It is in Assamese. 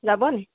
যাব নি